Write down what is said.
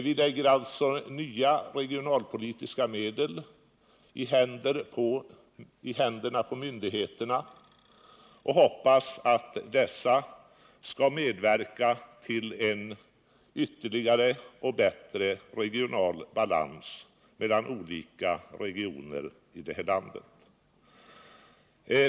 Vi lägger alltså nya regionalpolitiska medel i händerna på myndigheterna och hoppas att dessa skall medverka till en bättre regional balans mellan olika regioner i landet.